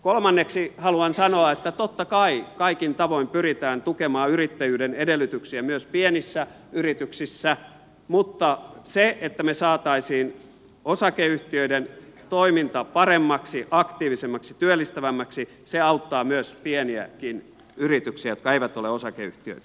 kolmanneksi haluan sanoa että totta kai kaikin tavoin pyritään tukemaan yrittäjyyden edellytyksiä myös pienissä yrityksissä mutta se että me saisimme osakeyhtiöiden toiminnan paremmaksi aktiivisemmaksi työllistävämmäksi auttaa myös pieniä yrityksiä jotka eivät ole osakeyhtiöitä